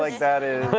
like that is.